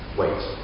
wait